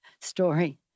story